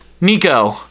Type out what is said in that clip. Nico